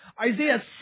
Isaiah